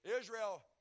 Israel